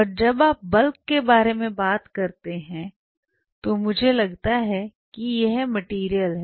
और जब आप बल्क के बारे में बात करते हैं तो मुझे लगता है कि यह मटेरियल है